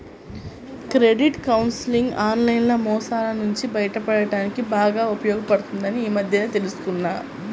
credit counselling online మోసాల నుంచి బయటపడడానికి బాగా ఉపయోగపడుతుందని ఈ మధ్యనే తెల్సుకున్నా